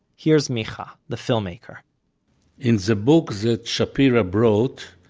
here's micha, the filmmaker in the book that shapira brought,